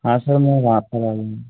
हाँ सर मैं वहाँ पर